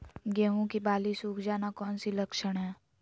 गेंहू की बाली सुख जाना कौन सी लक्षण है?